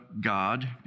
God